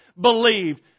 believed